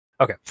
okay